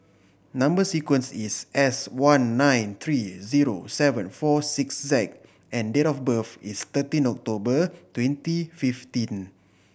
number sequence is S one nine three zero seven four six Z and date of birth is thirteen October twenty fifteen